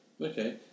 Okay